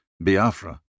Biafra